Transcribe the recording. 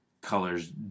colors